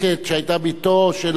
שהיתה בתו של הרב,